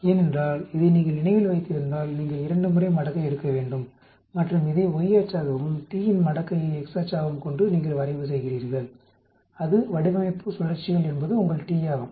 ஏனென்றால் இதை நீங்கள் நினைவில் வைத்திருந்தால் நீங்கள் 2 முறை மடக்கை எடுக்க வேண்டும் மற்றும் இதை y அச்சாகவும் t இன் மடக்கையை x அச்சாகவும் கொண்டு நீங்கள் வரைவு செய்கிறீர்கள் அது வடிவமைப்பு சுழற்சிகள் என்பது உங்கள் t ஆகும்